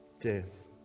death